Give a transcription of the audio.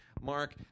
Mark